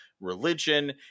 religion